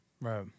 Right